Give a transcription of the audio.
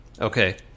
Okay